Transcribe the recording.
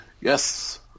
Yes